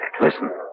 Listen